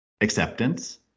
acceptance